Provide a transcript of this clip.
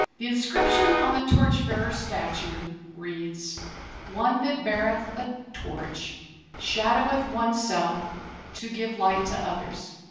the inscription on the torchbearer statue reads one that beareth a torch shadow with oneself to give light to others